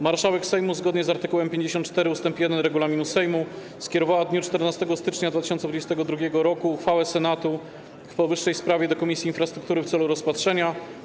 Marszałek Sejmu, zgodnie z art. 54 ust. 1 regulaminu Sejmu, skierowała w dniu 14 stycznia 2022 r. uchwałę Senatu w powyższej sprawie do Komisji Infrastruktury w celu rozpatrzenia.